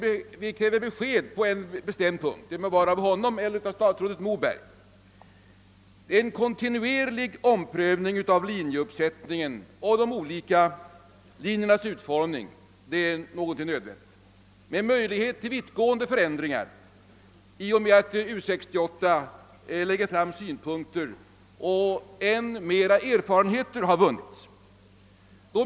Men vi kräver besked på en bestämd punkt, av herr Alemyr eller av statsrådet Moberg, nämligen beträffande frågan om en kontinuerlig omprövning av de olika utbildningslinjernas utformning och innehåll, vilket de ledamöter jag är talesman för anser nödvändigt. Det måste ges möjlighet till vittgående förändringar i och med att U 68 lägger fram sina synpunkter och ytterligare erfarenheter vunnits.